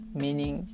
meaning